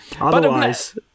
Otherwise